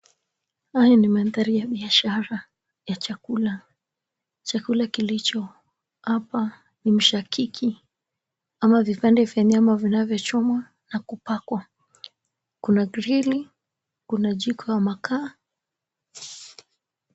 Haya ni mandhari ya biashara ya chakula. Chakula kilicho hapa ni mshakiki ama vipande vya nyama vinavyochomwa na kupakwa. Kuna grili, kuna jiko ya makaa.